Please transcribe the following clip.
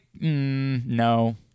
No